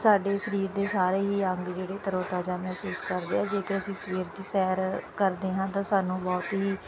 ਸਾਡੇ ਸਰੀਰ ਦੇ ਸਾਰੇ ਹੀ ਅੰਗ ਜਿਹੜੇ ਤਰੋ ਤਾਜ਼ਾ ਮਹਿਸੂਸ ਕਰਦੇ ਆ ਜੇਕਰ ਅਸੀਂ ਸਵੇਰ ਦੀ ਸੈਰ ਕਰਦੇ ਹਾਂ ਤਾਂ ਸਾਨੂੰ ਬਹੁਤ ਹੀ